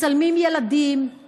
מצלמים ילדים,